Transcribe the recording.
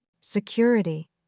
Security